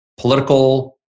political